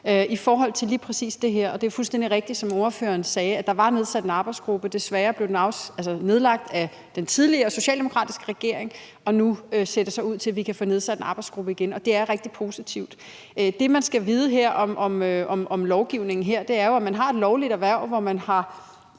i forhold til lige præcis det her. Det er fuldstændig rigtigt, som ordføreren sagde, at der var nedsat en arbejdsgruppe. Desværre blev den nedlagt af den tidligere socialdemokratiske regering, og nu ser det så ud til, at vi kan få nedsat en arbejdsgruppe igen. Og det er rigtig positivt. Det, der skal vides om lovgivningen her, er jo, at der er tale om et lovligt erhverv, som man har